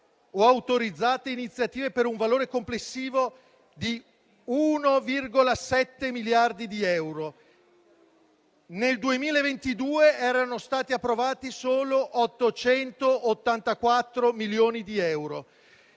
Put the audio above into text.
o autorizzate iniziative per un valore complessivo di 1,7 miliardi di euro. Nel 2022 erano stati approvati solo 884 milioni di euro.